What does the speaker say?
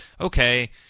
okay